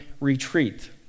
retreat